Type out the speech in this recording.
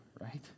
right